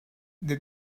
the